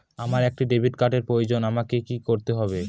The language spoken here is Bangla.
আমার একটি ক্রেডিট কার্ডের প্রয়োজন আমাকে কি করতে হবে?